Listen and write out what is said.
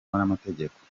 n’amategeko